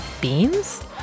beans